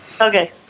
Okay